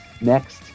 next